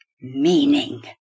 meaning